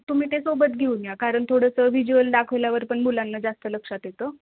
तुम्ही ते सोबत घेऊन या कारण थोडंसं विज्युल दाखवल्यावरपण मुलांना जास्त लक्षात येतं